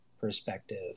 perspective